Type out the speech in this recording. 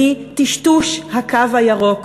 והיא טשטוש הקו הירוק,